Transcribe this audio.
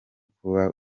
kuba